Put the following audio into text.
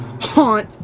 haunt